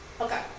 Okay